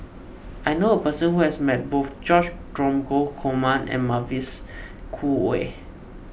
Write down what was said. I know a person who has met both George Dromgold Coleman and Mavis Khoo Oei